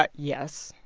but yes.